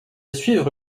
suivre